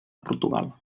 portugal